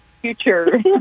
future